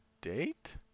date